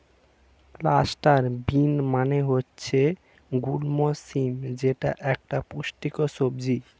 cluster bean মানে হচ্ছে গুচ্ছ শিম যেটা একটা পুষ্টিকর সবজি